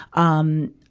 um,